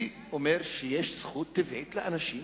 אני אומר שיש זכות טבעית לאנשים,